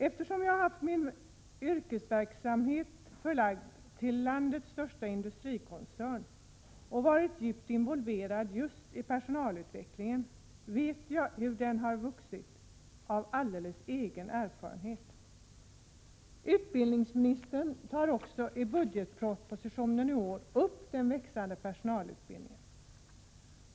Eftersom jag har haft min yrkesverksamhet förlagd till landets största industrikoncern och varit djupt involverad i just personalutvecklingen, vet jag av alldeles egen erfarenhet hur personalutbildningen har vuxit. Utbildningsministern tar också i årets budgetproposition upp den växande personalutbildningen.